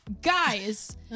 guys